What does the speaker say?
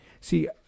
See